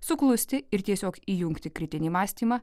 suklusti ir tiesiog įjungti kritinį mąstymą